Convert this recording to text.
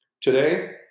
Today